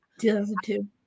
2002